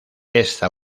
esta